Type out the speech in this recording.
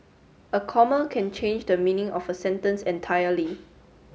a comma can change the meaning of a sentence entirely